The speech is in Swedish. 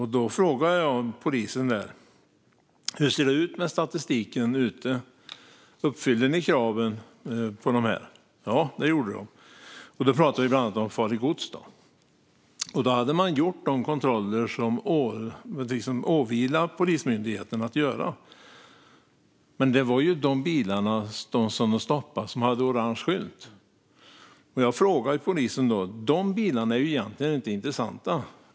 Jag frågade: Hur ser det ut med statistiken - uppfyller ni kraven? Ja, det gjorde de. Vi pratade bland annat om farligt gods. Man hade gjort de kontroller som det åvilar Polismyndigheten att göra. Men det gällde de bilar med orange skylt som de stoppade. De bilarna är ju egentligen inte intressanta.